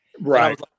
right